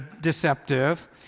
deceptive